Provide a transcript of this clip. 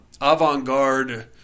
avant-garde